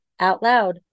OUTLOUD